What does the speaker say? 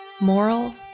moral